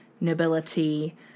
nobility